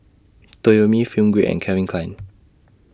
Toyomi Film Grade and Calvin Klein